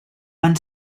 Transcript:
van